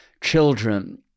children